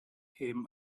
him